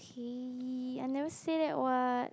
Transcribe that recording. hey I never say that [what]